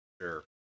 sure